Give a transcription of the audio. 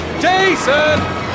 Jason